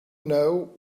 know